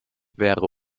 wäre